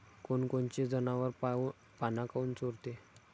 कोनकोनचे जनावरं पाना काऊन चोरते?